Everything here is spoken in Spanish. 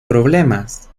problemas